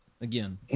again